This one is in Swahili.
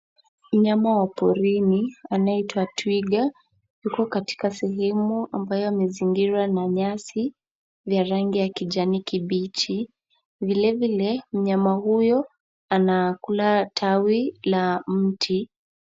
Mnyama wa porini anayeitwa twiga yuko katika sehemu ambayo yamezingirwa na nyasi za rangi ya kijani kibichi. Vilevile mnyama huyo anakula tawi la mti.